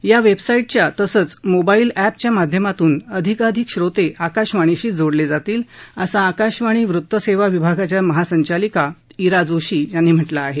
या वेबसाईटच्या तसंच मोबाईल अप्रच्या माध्यमातून अधिकाधिक श्रोते आकाशवाणीशी जोडले जातील असं आकाशवाणी वृतसेवा विभागाच्या महासंचालिका इरा जोशी यांनी म्हटलं आहे